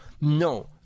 no